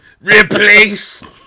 replace